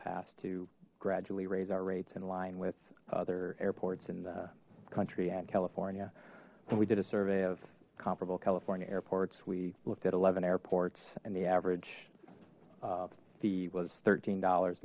past to gradually raise our rates in line with other airports in the country and california we did a survey of comparable california airports we looked at eleven airports and the average fee was thirteen dollars